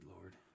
Lord